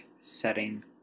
setting